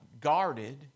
guarded